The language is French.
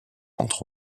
entre